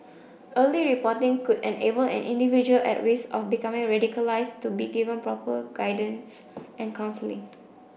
early reporting could enable an individual at risk of becoming radicalised to be given proper guidance and counselling